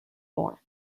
more